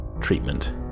treatment